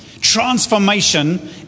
transformation